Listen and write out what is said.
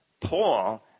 Paul